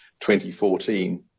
2014